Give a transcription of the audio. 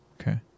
Okay